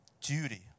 duty